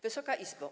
Wysoka Izbo!